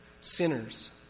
sinners